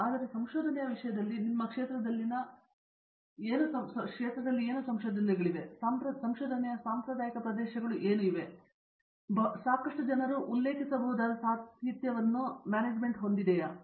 ಆದರೆ ಸಂಶೋಧನೆಯ ವಿಷಯದಲ್ಲಿ ನಿಮ್ಮ ಕ್ಷೇತ್ರದಲ್ಲಿನ ಸಂಶೋಧನೆಯ ಕ್ಷೇತ್ರಗಳಿವೆ ಇದು ನಿಮಗೆ ಸಂಶೋಧನೆಯ ಸಾಂಪ್ರದಾಯಿಕ ಪ್ರದೇಶಗಳೆಂದು ತಿಳಿದಿದೆ ಅಲ್ಲಿ ಸಾಕಷ್ಟು ಸಮಯದವರೆಗೆ ಜನರು ಉಲ್ಲೇಖಿಸಬಹುದಾದ ಸಾಹಿತ್ಯವನ್ನು ಹೊಂದಿರಬಹುದು